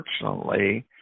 unfortunately